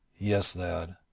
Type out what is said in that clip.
yes, lad,